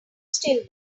still